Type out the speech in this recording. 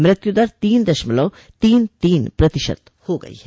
मृत्यु दर तीन दशमलव तीन तीन प्रतिशत हो गई है